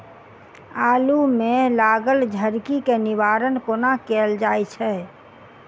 आलु मे लागल झरकी केँ निवारण कोना कैल जाय छै?